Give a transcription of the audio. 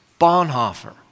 Bonhoeffer